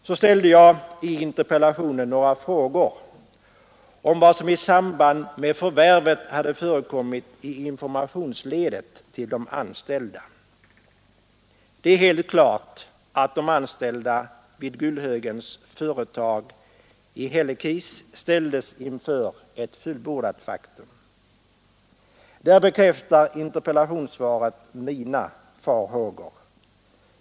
Så ställde jag i interpellationen några frågor om vad som i samband med förvärvet hade förekommit i fråga om information till de anställda. Det är helt klart att de anställda vid Gullhögens företag i Hällekis ställdes inför ett fullbordat faktum. Därvidlag bekräftar interpellationssvaret mina farhågor.